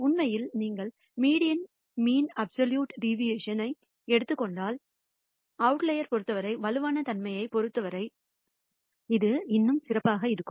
உண்மையில் நீங்கள் மீடியன்ல் மீன் அப்சல்யூட் டிவியேஷன் ஐ எடுத்துக் கொண்டால் அவுட்லயர்ஸ் பொறுத்தவரை வலுவான தன்மையைப் பொறுத்தவரை இது இன்னும் சிறப்பாக இருக்கும்